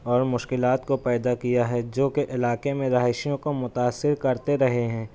اور مشکلات کو پیدا کیا ہے جو کہ علاقے میں رہائشیوں کو متاثر کرتے رہے ہیں